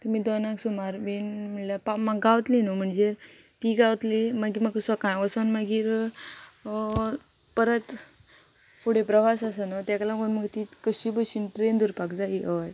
तु तुमी दोनाक सुमार बी म्हळ्यार पाव म्हाका गावतली न्हू म्हणजे ती गावतली मागीर म्हाका सकाळ वचोन मागीर परत फुडें प्रवास आसा न्हू ताका लागून म्हाका ती कशी भशेन ट्रेन दवरपाक जाय हय